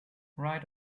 right